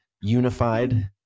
unified